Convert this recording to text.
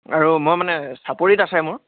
আৰু মই মানে চাপৰিত আছে মোৰ